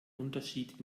unterschied